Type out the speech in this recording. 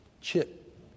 chip